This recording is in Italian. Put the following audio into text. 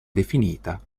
definita